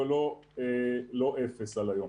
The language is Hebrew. ולא אפס על היום.